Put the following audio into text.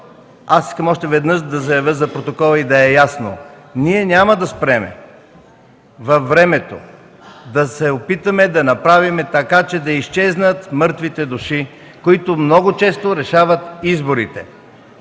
обаче още веднъж да заявя за протокола, за да е ясно: няма да спрем във времето да се опитваме да правим така, че да изчезнат мъртвите души, които много често решават изборите.